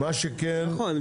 שכן,